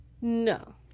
no